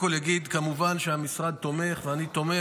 כמובן המשרד תומך ואני תומך.